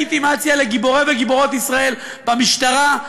ודה-לגיטימציה לגיבורי וגיבורות ישראל במשטרה,